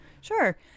Sure